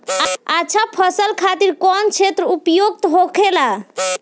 अच्छा फसल खातिर कौन क्षेत्र उपयुक्त होखेला?